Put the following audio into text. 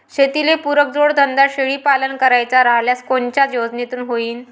शेतीले पुरक जोडधंदा शेळीपालन करायचा राह्यल्यास कोनच्या योजनेतून होईन?